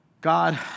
God